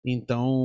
Então